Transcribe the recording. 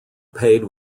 paid